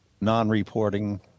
non-reporting